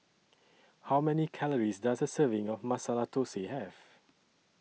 How Many Calories Does A Serving of Masala Thosai Have